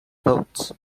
votes